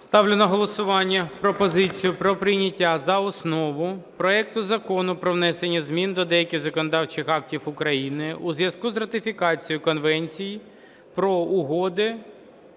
Ставлю на голосування пропозицію про прийняття за основу проекту Закону про внесення змін до деяких законодавчих актів України у зв'язку з ратифікацією Конвенції про угоди